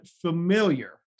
familiar